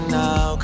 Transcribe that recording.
now